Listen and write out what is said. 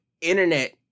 internet